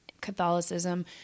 Catholicism